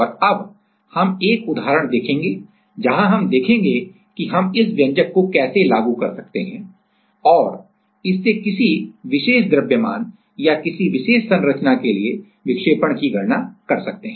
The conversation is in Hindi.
और अब हम एक उदाहरण देखेंगे जहां हम देखेंगे कि हम इस व्यंजक को कैसे लागू कर सकते हैं और इससे किसी विशेष द्रव्यमान या किसी विशेष संरचना के लिए विक्षेपण की गणना कर सकते हैं